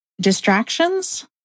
Distractions